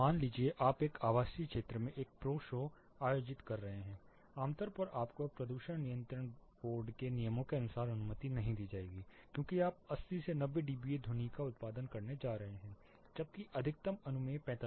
मान लीजिए आप एक आवासीय क्षेत्र में एक प्रो शो आयोजित कर रहे हैं आमतौर पर आपको प्रदूषण नियंत्रण बोर्ड के नियमों के अनुसार अनुमति नहीं दी जाएगी क्योंकि आप 80 से 90 डीबीए ध्वनि का उत्पादन करने जा रहे हैं जबकि अधिकतम अनुमेय 45 है